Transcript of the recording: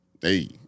Hey